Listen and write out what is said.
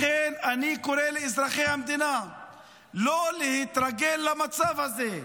לכן, אני קורא לאזרחי המדינה לא להתרגל למצב הזה.